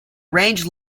range